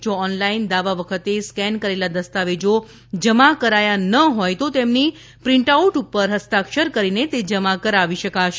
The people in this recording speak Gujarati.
જો ઓનલાઈન દાવા વખતે સ્કેન કરેલા દસ્તાવેજો જમા કરાયા ન હોય તો તેમની પ્રિન્ટઆઉટ ઉપર હસ્તાક્ષર કરીને તે જમા કરાવી શકાશે